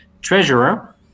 treasurer